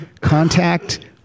contact